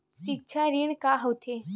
सिक्छा ऋण का होथे?